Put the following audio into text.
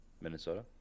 Minnesota